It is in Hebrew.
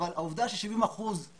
אבל העובדה ש-70 אחוזים